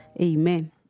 Amen